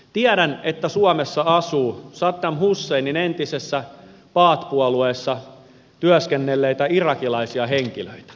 tiedän että suomessa asuu saddam husseinin entisessä baath puolueessa työskennelleitä irakilaisia henkilöitä